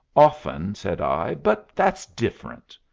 often, said i. but that's different.